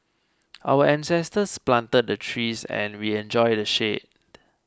our ancestors planted the trees and we enjoy the shade